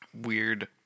weird